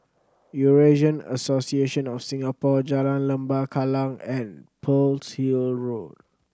Eurasian Association of Singapore Jalan Lembah Kallang and Pearl's Hill Road